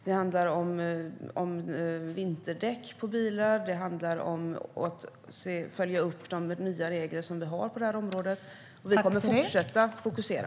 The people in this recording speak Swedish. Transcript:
Det handlar om vinterdäck på bilar och om att följa upp de nya regler som vi har på detta område. Vi kommer att fortsätta att fokusera.